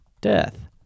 death